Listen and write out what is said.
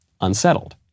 unsettled